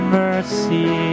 mercy